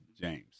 James